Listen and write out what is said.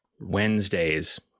Wednesdays